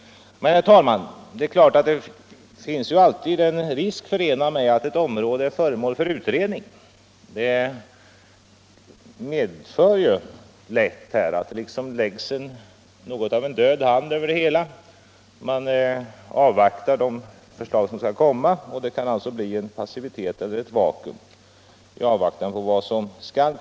Men, herr talman, det finns ju alltid en risk förenad med att ett område är föremål för utredning. Det innebär att det läggs något av en död hand över det hela. Man avvaktar de förslag som skall komma, och detta kan få till följd en passivitet eller ett vakuum.